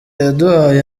yaduhaye